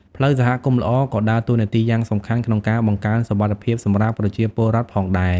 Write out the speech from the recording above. ផ្លូវសហគមន៍ល្អក៏ដើរតួនាទីយ៉ាងសំខាន់ក្នុងការបង្កើនសុវត្ថិភាពសម្រាប់ប្រជាពលរដ្ឋផងដែរ។